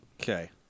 Okay